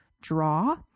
draw